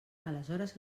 aleshores